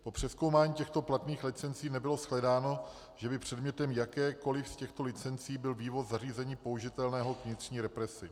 Po přezkoumání těchto platných licencí nebylo shledáno, že by předmětem jakékoli z těchto licencí byl vývoz zařízení použitelného k vnitřní represi.